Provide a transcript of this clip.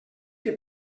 que